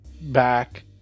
back